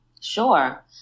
Sure